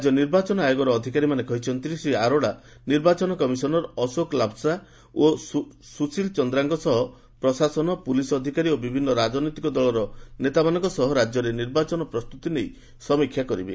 ରାଜ୍ୟ ନିର୍ବାଚନ ଆୟୋଗର ଅଧିକାରୀମାନେ କହିଛନ୍ତି ଶ୍ରୀ ଅରୋଡା ନିର୍ବାଚନ କମିଶନର ଅଶୋକ ଲାଭାସା ଓ ସୁଶୀଲ ଚନ୍ଦ୍ରାଙ୍କ ସହ ପ୍ରଶାସନ ପୁଲିସ୍ ଅଧିକାରୀ ଓ ବିଭିନ୍ନ ରାଜନୈତିକ ଦଳର ନେତାମାନଙ୍କ ସହ ରାଜ୍ୟରେ ନିର୍ବାଚନ ପ୍ରସ୍ତୁତି ସମୀକ୍ଷା କରିବେ